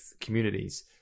communities